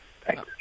Thanks